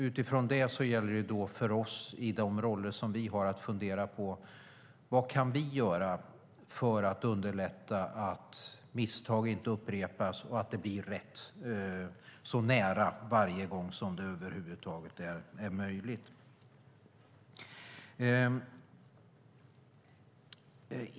Utifrån detta gäller det för oss, i de roller som vi har, att fundera över vad vi kan göra för att underlätta så att misstag inte upprepas och att det blir rätt så nära varje gång som det över huvud taget är möjligt.